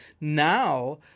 now